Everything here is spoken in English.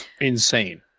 insane